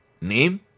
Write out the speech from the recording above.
name